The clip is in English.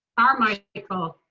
carmichael.